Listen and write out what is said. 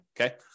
Okay